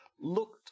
looked